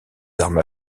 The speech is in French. armes